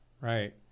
Right